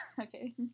Okay